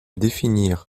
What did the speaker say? définir